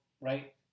right